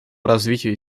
развитию